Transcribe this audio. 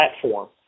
platform